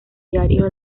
diario